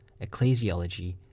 Ecclesiology